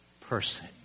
person